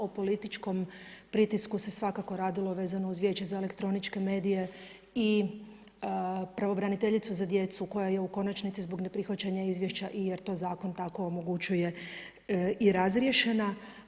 O političkom pritisku se svakako radilo vezano uz Vijeće za elektroničke medije i pravobranitelju za djecu koja je u konačnici zbog neprihvaćanja izvješća i jer to zakon tako omogućuje i razriješena.